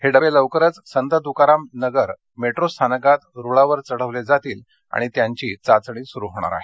हे डबे लवकरच संत तुकाराम नगर मेट्रो स्थानकात रुळावर चढवले जातील आणि त्यांची चाचणी सुरू होणार आहे